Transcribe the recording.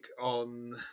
on